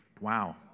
Wow